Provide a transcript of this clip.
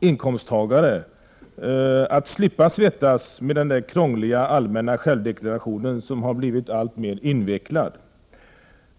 inkomsttagare att slippa svettas med den krångliga allmänna självdeklarationen, som har blivit alltmer invecklad.